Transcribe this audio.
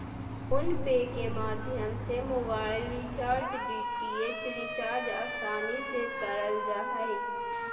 phone पे के माध्यम से मोबाइल रिचार्ज, डी.टी.एच रिचार्ज आसानी से करल जा हय